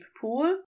pool